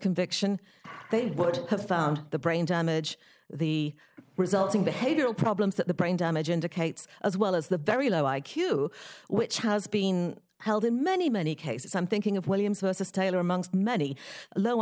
conviction they would have found the brain damage the resulting behavioral problems that the brain damage indicates as well as the very low i q which has been held in many many cases i'm thinking of williams versus taylor amongst many low